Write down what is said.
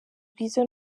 rwiza